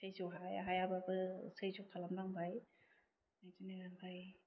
सैज' हाया हायाबाबो सैज' खालामनांबाय बिदिनो आमफ्राइ